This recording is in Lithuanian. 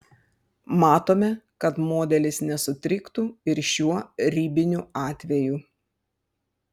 matome kad modelis nesutriktų ir šiuo ribiniu atveju